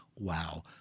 Wow